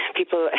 people